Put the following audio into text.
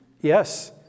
yes